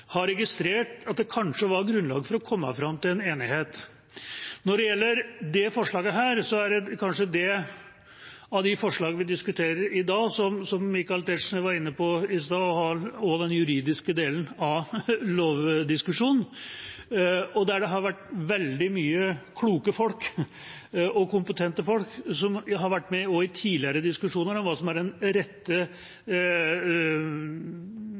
har registrert at det kanskje var grunnlag for å komme fram til en enighet. Når det gjelder dette forslaget, er det kanskje det av de forslagene vi diskuterer i dag, som Michael Tetzschner var inne på i stad om den juridiske delen av lovdiskusjonen, der det har vært veldig mange kloke og kompetente folk som har vært med også i tidligere diskusjoner om hva som er den rette